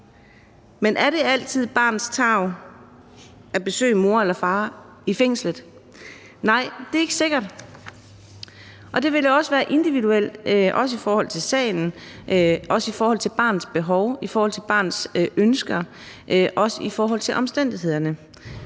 men er det altid barnets tarv at besøge sin mor eller far i fængslet? Nej, det er ikke sikkert. Og det vil også være en individuel vurdering i forhold til sagen, i forhold til barnets behov, i forhold til barnets ønsker og også i forhold til omstændighederne.